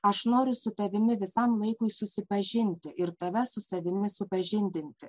aš noriu su tavimi visam laikui susipažinti ir tave su savimi supažindinti